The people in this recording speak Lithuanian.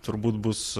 turbūt bus